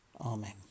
Amen